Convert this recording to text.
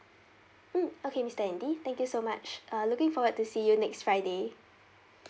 mm okay mister andy thank you so much ah looking forward to see you next friday